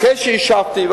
אחרי שהשבתי,